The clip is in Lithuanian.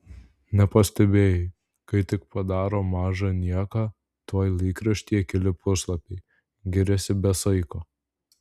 nepastebėjai kai tik padaro mažą nieką tuoj laikraštyje keli puslapiai giriasi be saiko